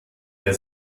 der